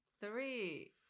Three